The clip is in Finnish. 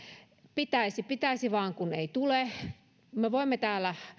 pitäisi pitäisi vaan kun ei tule me voimme täällä